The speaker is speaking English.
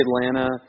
Atlanta